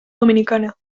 dominicana